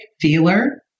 feeler